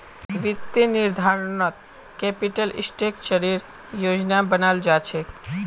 वित्तीय निर्धारणत कैपिटल स्ट्रक्चरेर योजना बनाल जा छेक